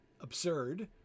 absurd